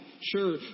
Sure